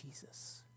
Jesus